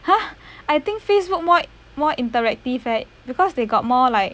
!huh! I think Facebook more more interactive leh because they got more like